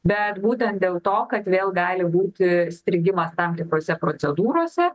bet būtent dėl to kad vėl gali būti strigimas tam tikrose procedūrose